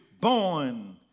born